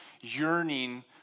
yearning